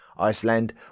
Iceland